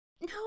No